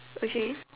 okay